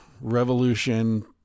revolution